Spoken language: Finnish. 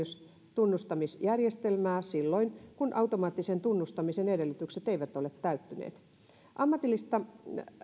tunnustamisjärjestelmää silloin kun automaattisen tunnustamisen edellytykset eivät ole täyttyneet ammatillista